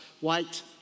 white